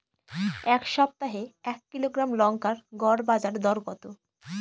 এই সপ্তাহে এক কিলোগ্রাম লঙ্কার গড় বাজার দর কত?